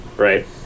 Right